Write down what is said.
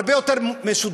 הרבה יותר משודרג,